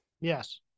Yes